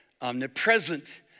omnipresent